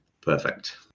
perfect